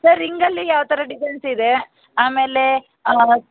sir ರಿಂಗಲ್ಲಿ ಯಾವ ತರ ಡಿಸೈನ್ಸ್ ಇದೆ ಆಮೇಲೆ